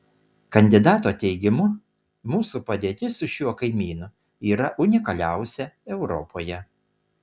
kandidato teigimu mūsų padėtis su šiuo kaimynu yra unikaliausia europoje